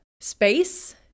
space